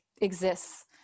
exists